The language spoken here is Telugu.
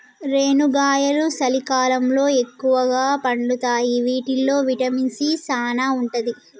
రేనుగాయలు సలికాలంలో ఎక్కుగా పండుతాయి వీటిల్లో విటమిన్ సీ సానా ఉంటది